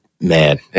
man